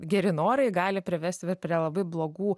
geri norai gali privesti va prie labai blogų